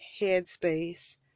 headspace